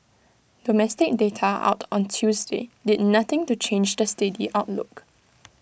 domestic data out on Tuesday did nothing to change the steady outlook